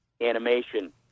animation